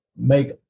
make